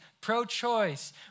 pro-choice